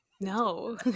no